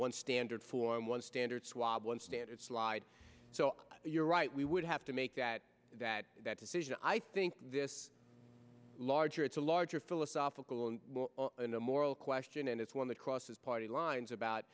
one standard for and one standard swab one standard slide so you're right we would have to make that that that decision i think this larger it's a larger philosophical and an a moral question and it's one that crosses party lines about